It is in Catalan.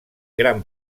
gran